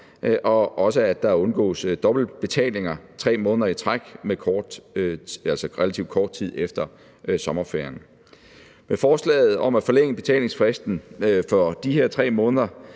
sig, og der undgås også dobbeltbetalinger 3 måneder i træk relativt kort tid efter sommerferien. Med forslaget om at forlænge betalingsfristen for de her 3 måneder